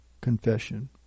confession